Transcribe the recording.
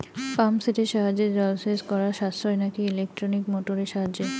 Pump সেটের সাহায্যে জলসেচ করা সাশ্রয় নাকি ইলেকট্রনিক মোটরের সাহায্যে?